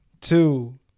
two